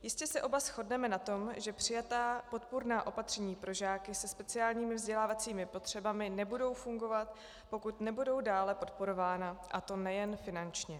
Jistě se oba shodneme na tom, že přijatá podpůrná opatření pro žáky se speciálními vzdělávacími potřebami nebudou fungovat, pokud nebudou dále podporována, a to nejen finančně.